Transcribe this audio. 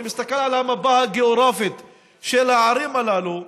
אני מסתכל על המפה הגיאוגרפית של הערים הללו,